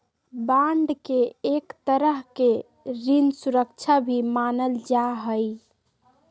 bond के एक तरह के ऋण सुरक्षा भी मानल जा हई